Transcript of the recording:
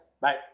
Bye